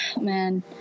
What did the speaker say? man